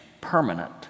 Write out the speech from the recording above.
permanent